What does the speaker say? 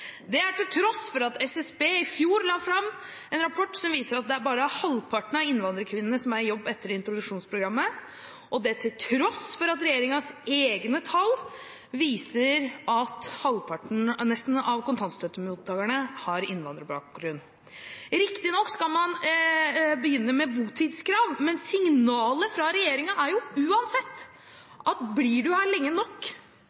til tross for at SSB i fjor la fram en rapport som viser at bare halvparten av innvandrerkvinnene er i jobb etter introduksjonsprogrammet, og til tross for at regjeringens egne tall viser at nesten halvparten av kontantstøttemottakerne har innvandrerbakgrunn. Riktignok skal man begynne med botidskrav, men signalet fra regjeringen er jo uansett at blir man her lenge nok,